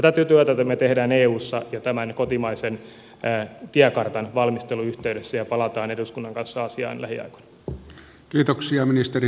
tätä työtä me teemme eussa ja tämän kotimaisen tiekartan valmistelun yhteydessä ja palaamme eduskunnan kanssa asiaan lähiaikoina